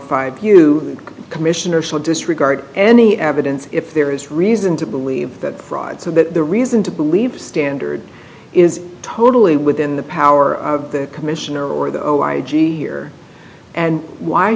five you commissioner should disregard any evidence if there is reason to believe that fraud so that the reason to believe standard is totally within the power of the commissioner or the i g here and why